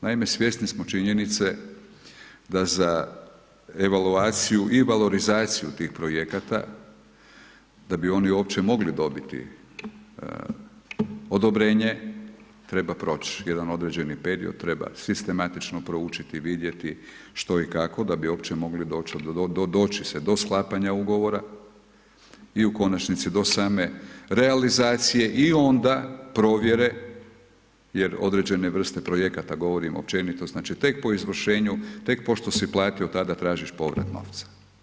Naime svjesni smo činjenice da za evaluaciju i valorizaciju tih projekata, da bi oni uopće mogli dobiti odobrenje, treba proć' jedan određeni period, treba sistematično proučiti, vidjeti što i kako da bi uopće mogli doći do, doći se do sklapanja ugovora, i u konačnici do same realizacije, i onda provjere, jer određene vrste projekata, govorim općenito, znači, tek po izvršenju, tek pošto si platio tada tražiš povrat novca.